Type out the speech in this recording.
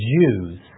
Jews